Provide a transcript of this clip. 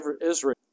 Israel